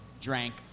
drank